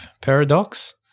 paradox